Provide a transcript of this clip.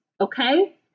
okay